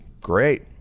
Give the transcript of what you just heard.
great